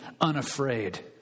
unafraid